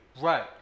Right